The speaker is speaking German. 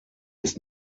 ist